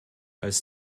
als